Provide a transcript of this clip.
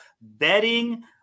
betting